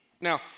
Now